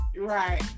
right